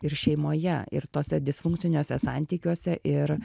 ir šeimoje ir tuose disfunkciniuose santykiuose ir